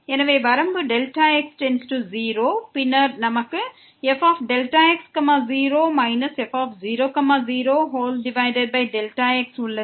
எனவே வரம்பு Δx→0 பின்னர் நமக்கு fx0 f00x உள்ளது